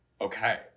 Okay